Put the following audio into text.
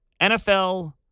NFL